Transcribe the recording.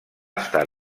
estat